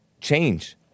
change